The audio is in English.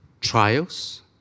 trials